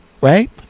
right